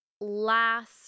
last